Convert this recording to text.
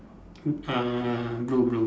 uh blue blue